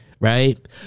Right